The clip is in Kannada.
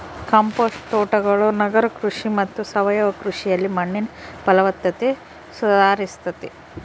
ಕಾಂಪೋಸ್ಟ್ ತೋಟಗಳು ನಗರ ಕೃಷಿ ಮತ್ತು ಸಾವಯವ ಕೃಷಿಯಲ್ಲಿ ಮಣ್ಣಿನ ಫಲವತ್ತತೆ ಸುಧಾರಿಸ್ತತೆ